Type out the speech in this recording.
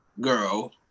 Girl